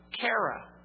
Kara